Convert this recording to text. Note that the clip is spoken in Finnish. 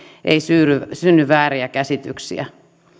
ei synny synny vääriä käsityksiä